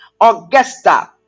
Augusta